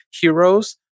heroes